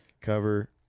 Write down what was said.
cover